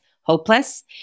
hopeless